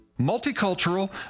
Multicultural